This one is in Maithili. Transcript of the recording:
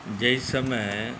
जाहि समय